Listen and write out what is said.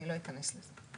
אני לא אכנס לזה.